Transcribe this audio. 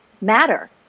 matter